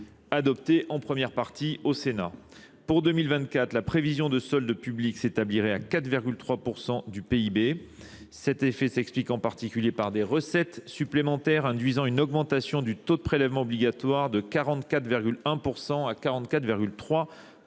adoptés en première partie au Sénat. Pour 2024, la prévision de soldes publics s'établierait à 4,3% du PIB. Cet effet s'explique en particulier par des recettes supplémentaires induisant une augmentation du taux de prélèvement obligatoire de 44,1% à 44,3%.